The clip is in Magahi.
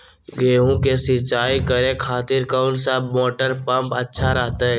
गेहूं के सिंचाई करे खातिर कौन सा मोटर पंप अच्छा रहतय?